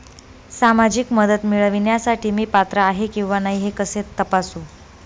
सामाजिक मदत मिळविण्यासाठी मी पात्र आहे किंवा नाही हे कसे तपासू?